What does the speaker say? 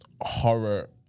horror